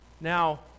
Now